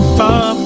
far